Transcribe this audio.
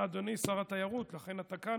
אדוני שר התיירות, אולי לכן אתה כאן?